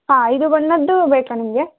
ಹಾಂ ಐದು ಬಣ್ಣದ್ದೂ ಬೇಕಾ ನಿಮಗೆ